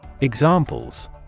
Examples